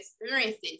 experiences